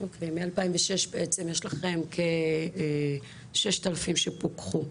מ-2006 יש לכם כ-6,000 מפוקחים,